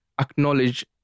acknowledge